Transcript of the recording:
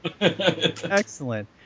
Excellent